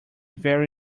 very